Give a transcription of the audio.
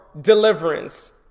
deliverance